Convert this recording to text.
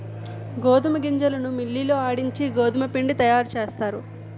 గోధుమ గింజలను మిల్లి లో ఆడించి గోధుమపిండి తయారుచేస్తారు